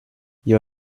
jag